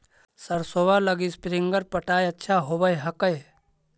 सरसोबा लगी स्प्रिंगर पटाय अच्छा होबै हकैय?